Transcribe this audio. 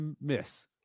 miss